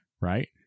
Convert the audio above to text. right